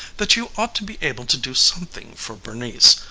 that you ought to be able to do something for bernice.